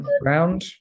ground